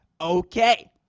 Okay